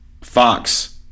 Fox